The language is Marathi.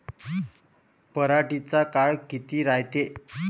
पराटीचा काळ किती रायते?